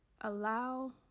allow